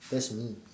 that's me